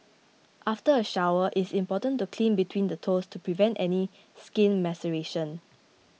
after a shower it's important to clean between the toes to prevent any skin maceration